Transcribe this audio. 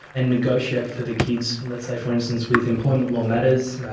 and negotiate for the kids, let's say for instance with employment law matters.